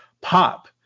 pop